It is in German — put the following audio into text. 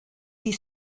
die